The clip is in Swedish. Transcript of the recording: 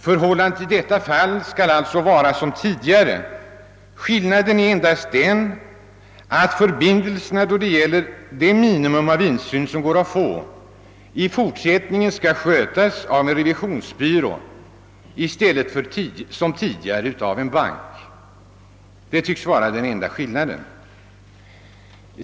Förhållandena härvidlag skall alltså vara desamma som tidigare — skillnaden är endast den att förbindelserna, då det gäller det minimum av insyn som går att få, i fortsättningen skall skötas av en revisionsbyrå i stället för av en bank.